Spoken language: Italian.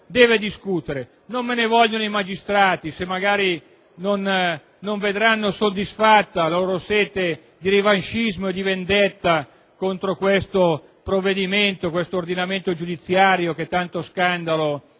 deve discutere. Non me ne vogliano i magistrati, se magari non vedranno soddisfatta la loro sete di revanscismo e di vendetta contro il provvedimento di riforma dell'ordinamento giudiziario che tanto scandalo